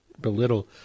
belittle